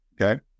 Okay